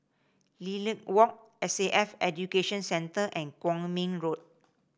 Lilac Walk S A F Education Centre and Kwong Min Road